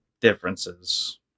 differences